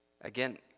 Again